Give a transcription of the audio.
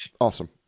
Awesome